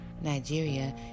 Nigeria